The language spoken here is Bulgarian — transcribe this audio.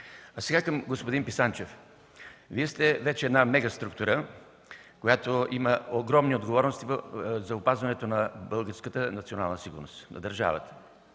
Сега към господин Писанчев. Вие сте вече една мегаструктура, която има огромни отговорности за опазването на българската национална сигурност в държавата.